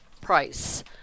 price